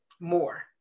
more